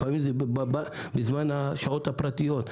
לפעמים בזמן השעות הפרטיות,